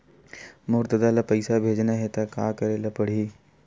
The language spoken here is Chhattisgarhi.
मोर ददा ल पईसा भेजना हे त का करे ल पड़हि?